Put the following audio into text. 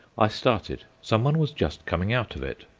i started. someone was just coming out of it.